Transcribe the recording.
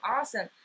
awesome